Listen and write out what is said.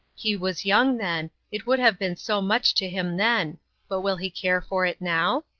he was young then, it would have been so much to him then but will he care for it now?